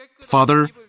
Father